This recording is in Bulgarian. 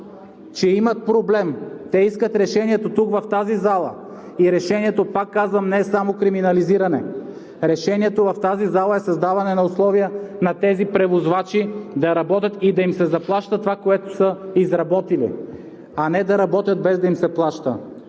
че имат проблем, те искат решението тук, в тази зала. Решението, пак казвам, не е само криминализиране, решението в тази зала е създаване на условия на тези превозвачи да работят и да им се заплаща това, което са изработили, а не да работят, без да им се плаща.